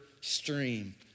stream